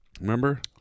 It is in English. Remember